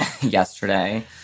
yesterday